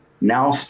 Now